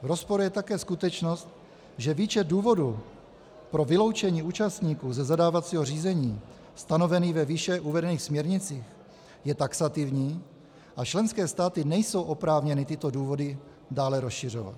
Rozporuje také skutečnost, že výčet důvodů pro vyloučení účastníků ze zadávacího řízení stanovený ve výše uvedených směrnicích je taxativní a členské státy nejsou oprávněny tyto důvody dále rozšiřovat.